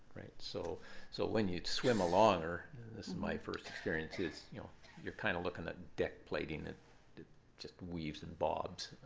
right? so so when you'd swim along her this is my first experience is you know you're kind of looking at deck plating. and it just weaves and bobs.